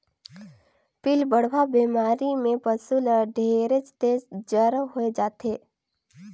पिलबढ़वा बेमारी में पसु ल ढेरेच तेज जर होय जाथे